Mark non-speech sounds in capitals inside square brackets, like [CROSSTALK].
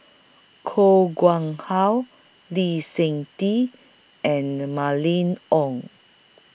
Koh Nguang How Lee Seng Tee and [UNINTELLIGIBLE] Mylene Ong